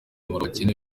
abakene